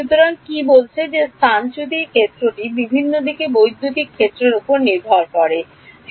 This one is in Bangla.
সুতরাং কি বলছে যে স্থানচ্যুতি ক্ষেত্রটি বিভিন্ন দিকে বৈদ্যুতিক ক্ষেত্রের উপর নির্ভর করতে পারে